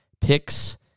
picks